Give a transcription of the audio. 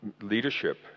leadership